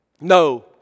No